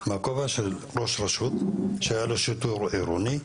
מהכובע של ראש רשות שהיה לו שיטור עירוני,